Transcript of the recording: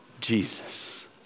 Jesus